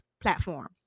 platform